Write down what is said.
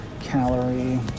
calorie